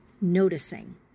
noticing